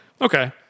Okay